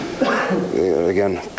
Again